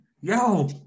yo